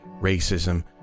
racism